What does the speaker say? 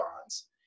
bonds